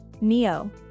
Neo